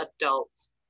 adults